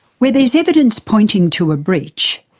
where there's evidence pointing to a breach,